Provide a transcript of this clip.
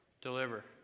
deliver